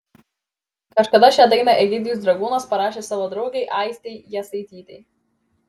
kažkada šią dainą egidijus dragūnas parašė savo draugei aistei jasaitytei